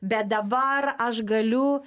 bet dabar aš galiu